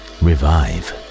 revive